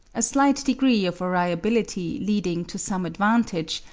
a slight degree of variability leading to some advantage,